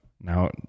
Now